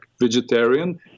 vegetarian